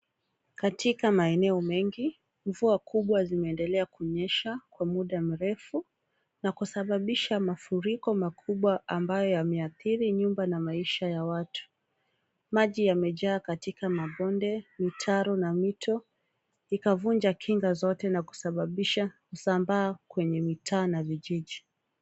Katika maeneo mengi, mvua kubwa imeendelea kunyesha kwa muda mrefu na kusababisha mafuriko makubwa ambayo yameathiri nyumba na maisha ya watu, maji yamejaa katika mabonde, mitaro na mito, ikavunja kinga zote na kusababisha kwenye mitaa na vijiji.